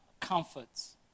comforts